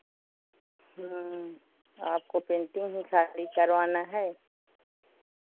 आपको पेन्टिंग ही खाली करवाना है